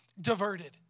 diverted